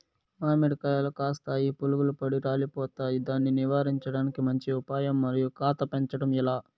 మామిడి కాయలు కాస్తాయి పులుగులు పడి రాలిపోతాయి దాన్ని నివారించడానికి మంచి ఉపాయం మరియు కాత పెంచడము ఏలా?